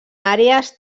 àrees